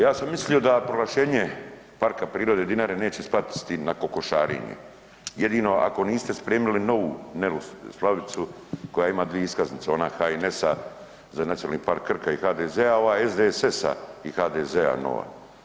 Ja sam mislio da proglašene Parka prirode Dinare neće spasti na kokošarenje, jedino ako niste spremili novu Nelu Slavicu koja ima dvije iskaznice onda HNS-a za Nacionalni park Krka i HDZ-a, ova SDSS-a i HDZ-a nova.